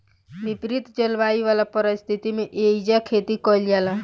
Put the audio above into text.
विपरित जलवायु वाला परिस्थिति में एइजा खेती कईल जाला